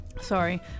Sorry